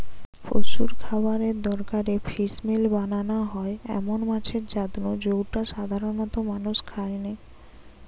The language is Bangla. পশুর খাবারের দরকারে ফিসমিল বানানা হয় এমন মাছের জাত নু জউটা সাধারণত মানুষ খায়নি